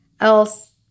else